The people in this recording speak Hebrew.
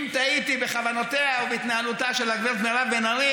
אם טעיתי בכוונותיה או בהתנהלותה של הגברת מירב בן ארי